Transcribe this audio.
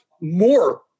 more